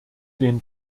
den